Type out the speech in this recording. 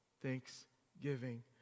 Thanksgiving